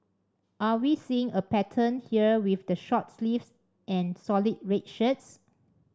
are we seeing a pattern here with the short sleeves and solid red shirts